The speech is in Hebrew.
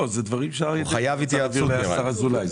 התקציב הוא מקופסת קורונה?